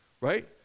right